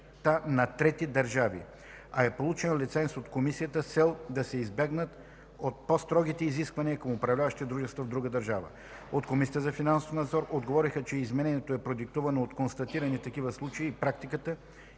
на трети държави, а е получен лиценз от комисията с цел да се избегнат по-строгите изисквания към управляващите дружества в друга държава. От Комисията за финансов надзор отговориха, че изменението е продиктувано от констатирани такива случаи в практиката